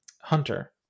Hunter